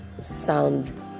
sound